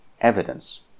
evidence